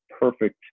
perfect